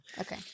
Okay